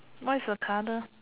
what is the colour